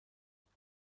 بیست